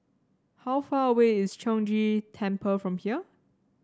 how far away is Chong Ghee Temple from here